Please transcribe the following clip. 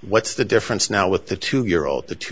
what's the difference now with the two year old the two